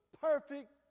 perfect